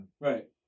Right